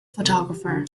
photographer